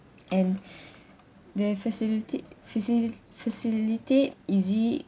and they facilita~ facili~ facilitate easy